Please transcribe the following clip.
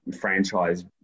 franchise